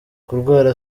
kurwara